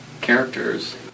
characters